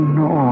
no